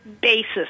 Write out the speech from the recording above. basis